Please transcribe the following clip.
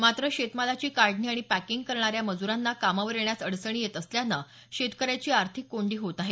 मात्र शेतमालाची काढणी आणि पॅकिंग करणाऱ्या मजुरांना कामावर येण्यास अडचणी येत असल्यानं शेतकऱ्याची आर्थिक कोंडी होत आहे